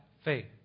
Faith